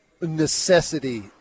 necessity